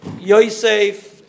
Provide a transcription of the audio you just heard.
Yosef